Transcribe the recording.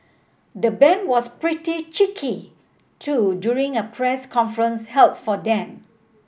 the band was pretty cheeky too during a press conference held for them